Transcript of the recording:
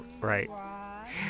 Right